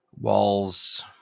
walls